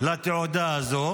לתעודה הזו.